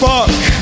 Fuck